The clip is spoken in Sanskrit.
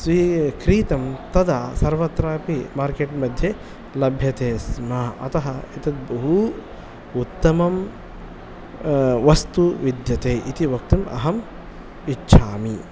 स्वीकृतं तदा सर्वत्रापि मार्केट् मध्ये लभ्यते स्म अतः एतत् बहु उत्तमं वस्तु विद्यते इति वक्तुम् अहम् इच्छामि